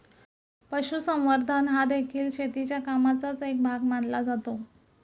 पशुसंवर्धन हादेखील शेतीच्या कामाचाच एक भाग मानला जातो